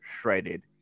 shredded